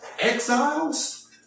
exiles